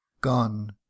gone